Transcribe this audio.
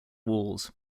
walls